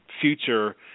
future